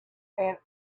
and